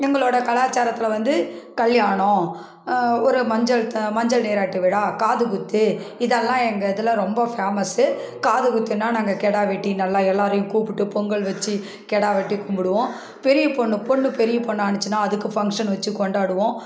எங்களோடய கலாச்சாரத்தில் வந்து கல்யாணம் ஒரு மஞ்சள் மஞ்சள் நீராட்டு விழா காதுகுத்து இதெல்லாம் எங்கள் இதில் ரொம்ப ஃபேமஸ் காதுகுத்துனால் நாங்கள் கிடா வெட்டி நல்லா எல்லாரையும் கூப்பிட்டு பொங்கல் வச்சு கிடா வெட்டி கும்பிடுவோம் பெரிய பொண்ணு பொண்ணு பெரிய பொண்ணானுச்சினால் அதுக்கு ஃபங்க்ஷன் வச்சு கொண்டாடுவோம்